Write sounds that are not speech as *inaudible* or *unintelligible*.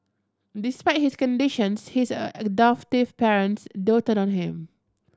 despite his conditions his *unintelligible* adoptive parents doted on him